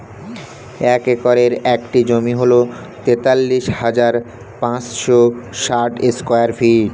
এক একরের একটি জমি হল তেতাল্লিশ হাজার পাঁচশ ষাট স্কয়ার ফিট